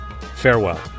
farewell